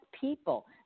people